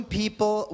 people